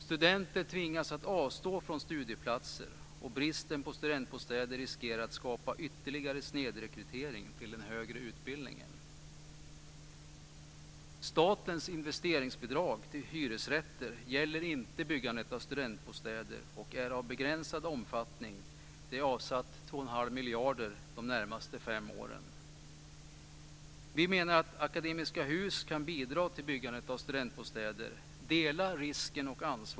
Studenter tvingas avstå från studieplatser, och bristen på studentbostäder riskerar att skapa ytterligare snedrekrytering till den högre utbildningen. Statens investeringsbidrag till hyresrätter gäller inte byggande av studentbostäder och är av begränsad omfattning. Det har avsatts 2 1⁄2 miljarder de närmaste fem åren.